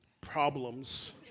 problems